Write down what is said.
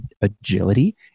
agility